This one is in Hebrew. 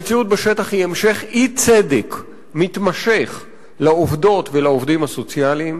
המציאות בשטח היא המשך אי-צדק מתמשך לעובדות ולעובדים הסוציאליים.